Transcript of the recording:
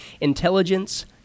Intelligence